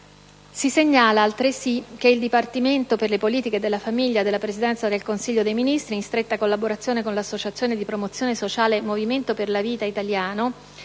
Segnalo, altresì, che il Dipartimento per le politiche della famiglia della Presidenza del Consiglio dei ministri, in stretta collaborazione con l'associazione di promozione sociale Movimento per la vita italiano,